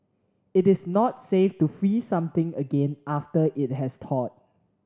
it is not safe to freeze something again after it has thawed